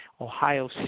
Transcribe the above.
Ohio